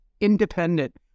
independent